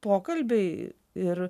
pokalbiai ir